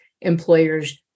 employers